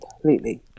completely